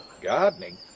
Gardening